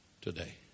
Today